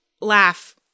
laugh